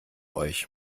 euch